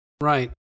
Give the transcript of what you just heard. Right